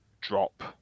drop